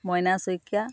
Moina Saikia